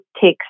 takes